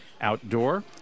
Outdoor